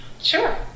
sure